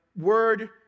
word